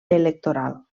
electoral